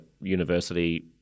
university